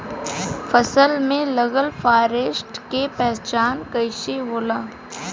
फसल में लगल फारेस्ट के पहचान कइसे होला?